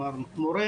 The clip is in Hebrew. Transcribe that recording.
כלומר מורה